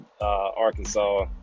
Arkansas